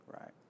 right